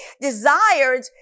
desired